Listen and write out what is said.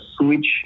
switch